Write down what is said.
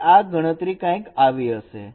તે આ ગણતરી કંઈક આવી હશે